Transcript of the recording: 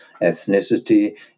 ethnicity